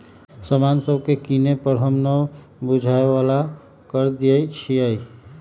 समान सभके किने पर हम न बूझाय बला कर देँई छियइ